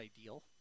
ideal